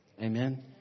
Amen